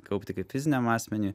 kaupti kaip fiziniam asmeniui